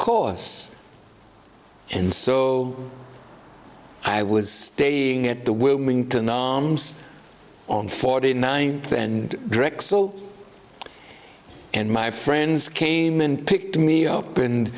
course and so i was staying at the wilmington noms on forty nine and drexel and my friends came and picked me up and